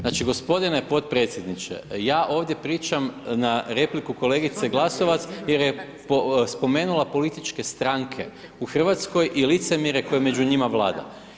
Znači g. potpredsjedniče, ja ovdje pričam na repliku kolegice Glasovac jer je spomenula političke stranke u Hrvatskoj i licemjerje koje među njima vlada.